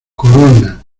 corona